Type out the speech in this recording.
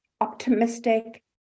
optimistic